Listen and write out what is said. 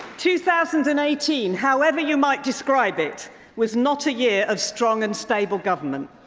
two thousand and eighteen, however you might describe it was not a year of strong and stable government.